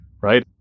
right